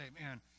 Man